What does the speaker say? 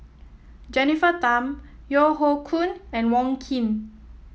Jennifer Tham Yeo Hoe Koon and Wong Keen